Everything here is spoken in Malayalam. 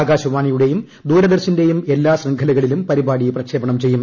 ആകാശവാണിയുടെയും ദൂരദർശന്റെയും എല്ലാ ശൃംഖലകളിലും പരിപാടി പ്രക്ഷേപണം ചെയ്യും